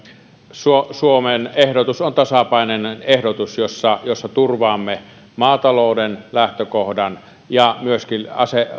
suomen suomen ehdotus on tasapainoinen ehdotus jossa jossa turvaamme maatalouden lähtökohdan ja myöskin